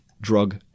drug